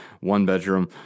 one-bedroom